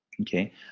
Okay